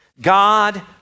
God